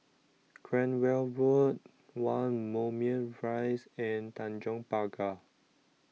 Cranwell Road one Moulmein Rise and Tanjong Pagar